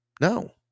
no